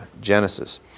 Genesis